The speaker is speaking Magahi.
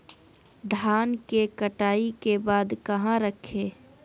धान के कटाई के बाद कहा रखें?